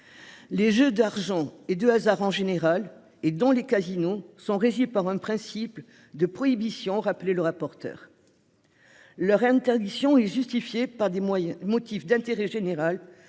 Les jeux d'argent et de hasard en général et dans les casinos sont régies par un principe de prohibition rappelé le rapporteur. Leur interdiction est justifiée par des moyens motif d'intérêt général